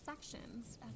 sections